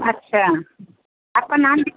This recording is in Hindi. अच्छा आपका नाम